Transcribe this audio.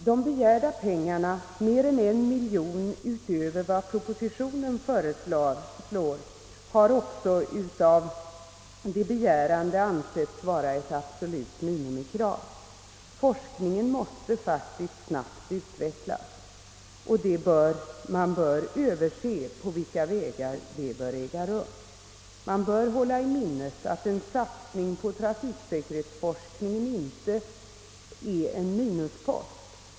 De begärda pengarna — mer än en miljon utöver vad propositionen föreslår — har också av förslagsställarna angetts vara ett absolut minimikrav. Forskningen måste snabbt utvecklas, och man bör överse på vilka vägar det bör äga rum. Man bör hålla i minnet att en satsning på trafiksäkerhetsforskningen inte är en minuspost.